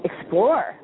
Explore